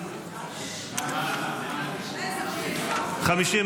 הסתייגות 1220 לא נתקבלה.